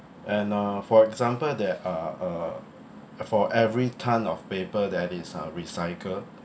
and uh for example there are uh for every ton of paper that is uh recycle